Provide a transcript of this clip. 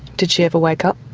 did she ever wake up?